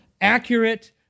accurate